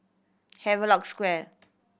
Havelock Square